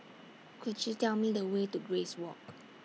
Could YOU Tell Me The Way to Grace Walk